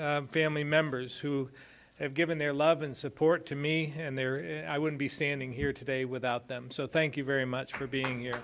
family members who have given their love and support to me and there i would be standing here today without them so thank you very much for being